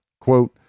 Quote